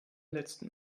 letzten